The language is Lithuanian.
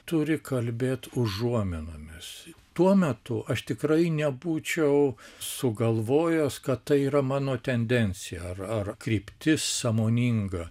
turi kalbėt užuominomis tuo metu aš tikrai nebūčiau sugalvojęs kad tai yra mano tendencija ar ar kryptis sąmoninga